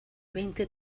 veinte